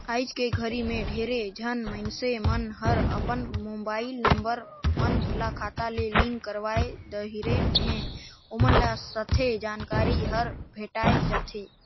आइज के घरी मे ढेरे झन मइनसे मन हर अपन मुबाईल नंबर मन ल खाता ले लिंक करवाये दारेन है, ओमन ल सथे जानकारी हर भेंटाये जाथें